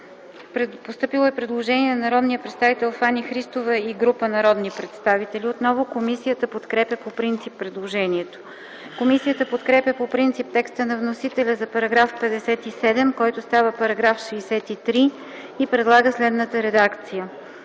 Постъпило е предложение от народния представител Фани Христова и група народни представители, което е подкрепено по принцип от комисията. Комисията подкрепя по принцип текста на вносителя за § 9, който става § 10, и предлага средната редакция: